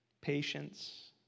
patience